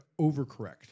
overcorrect